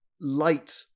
light